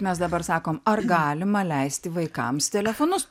mes dabar sakom ar galima leisti vaikams telefonus